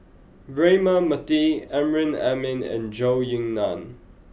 Braema Mathi Amrin Amin and Zhou Ying Nan